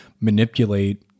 manipulate